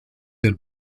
del